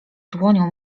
dłonią